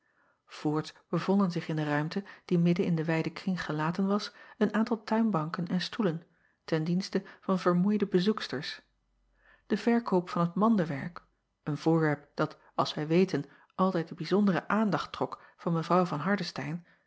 oorts bevonden zich in de ruimte die midden in den wijden kring gelaten was een aantal tuinbanken en stoelen ten dienste van vermoeide bezoeksters e verkoop van het mandewerk een voorwerp dat als wij weten altijd de bijzondere aandacht trok van evrouw van